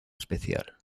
especial